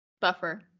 Buffer